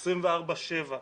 24/7,